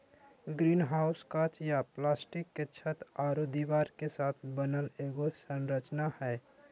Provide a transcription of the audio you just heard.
greenhouse काँच या plastic के छत आरो दीवार के साथ बनल एगो संरचना हइ